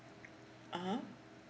(uh huh)